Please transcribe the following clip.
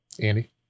Andy